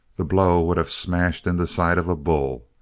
the blow would have smashed in the side of a bull.